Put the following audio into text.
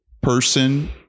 person